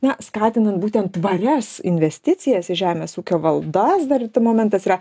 na skatinant būtent tvarias investicijas į žemės ūkio valdas dar momentas yra